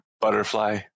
Butterfly